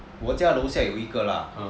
我家楼下有一个 lah